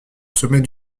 sommet